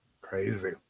Crazy